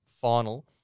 final